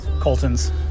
Colton's